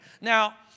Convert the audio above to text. Now